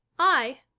i?